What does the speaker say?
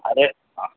अरे